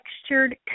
textured